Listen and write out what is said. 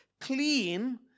clean